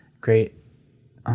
great